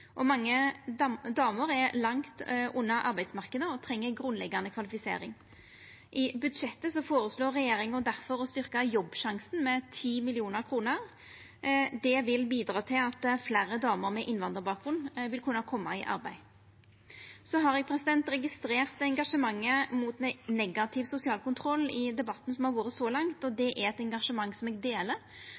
Mange damer er langt unna arbeidsmarknaden og treng grunnleggjande kvalifisering. I budsjettet føreslår regjeringa difor å styrkja Jobbsjansen med 10 mill. kr. Det vil bidra til at fleire damer med innvandrarbakgrunn vil kunna koma i arbeid. Eg har registrert engasjementet mot negativ sosial kontroll i debatten som har vore så langt. Det er eit engasjement eg deler,